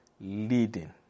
leading